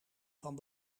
van